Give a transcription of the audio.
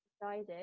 decided